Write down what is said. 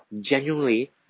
genuinely